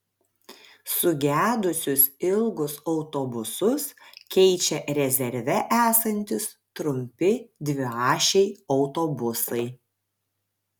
sugedusius ilgus autobusus keičia rezerve esantys trumpi dviašiai autobusai